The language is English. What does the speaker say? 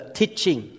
teaching